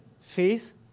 Faith